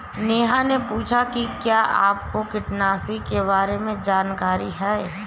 नेहा ने पूछा कि क्या आपको कीटनाशी के बारे में जानकारी है?